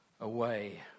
away